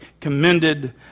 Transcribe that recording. commended